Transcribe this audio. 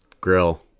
grill